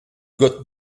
got